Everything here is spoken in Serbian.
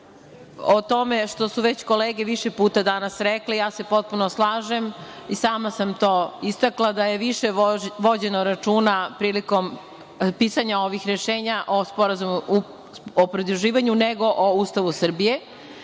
o tome što su već kolege više puta danas rekle. Potpuno se slažem i sama sam to istakla, da je više vođeno računa prilikom pisanja ovih rešenja o SSP, nego o Ustavu Srbije,